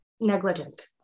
negligent